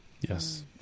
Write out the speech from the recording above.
Yes